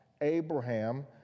Abraham